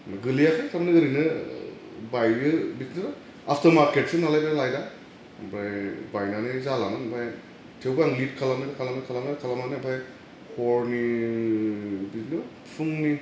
गोलैयाखै थारमानि ओरैनो बाइयो बिदिनो आस्टम मारकेटसोमोन नालाय बे लाइटआ आमफ्राय बायनानै जालामोन ओमफाय थेवबो आं लिड खालामै खालामै खालामै खालामनानै ओमफाय हरनि बिदिनो फुंनि